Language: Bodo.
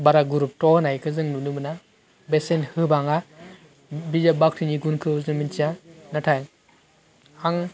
बारा गुरुक्थ होनायखौ जों नुनो मोना बेसेन होबाङा बिजाब बाख्रिनि गुनखौ जों मोनथिया नाथाइ आं